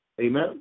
amen